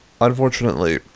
unfortunately